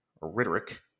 rhetoric